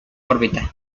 órbita